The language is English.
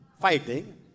fighting